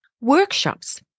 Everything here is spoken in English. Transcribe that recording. workshops